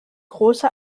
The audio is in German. große